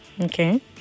Okay